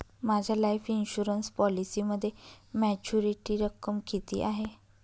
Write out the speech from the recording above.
माझ्या life insurance पॉलिसीमध्ये maturity रक्कम किती आहे?